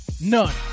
None